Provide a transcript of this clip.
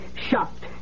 shocked